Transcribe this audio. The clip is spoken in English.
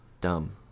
Dumb